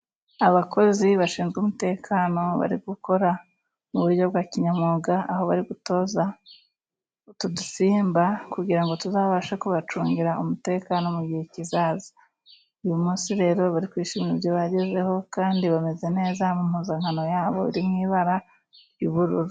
Abakozi bashinzwe umutekano bari gukora mu buryo bwa kinyamwuga, aho bari gutoza utu dusimba kugira ngo tuzabashe kubacungira umutekano mu gihe kizaza. Uyu munsi rero bari kwishimira ibyo bagezeho kandi bameze neza mu mpuzankano yabo iri mu ibara ry'ubururu.